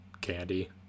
candy